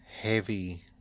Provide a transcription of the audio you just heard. heavy